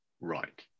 Right